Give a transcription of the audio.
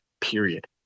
period